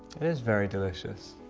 it is very delicious.